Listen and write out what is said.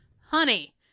Honey